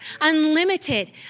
unlimited